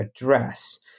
address